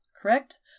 correct